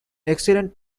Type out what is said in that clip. excellent